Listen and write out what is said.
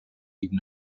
even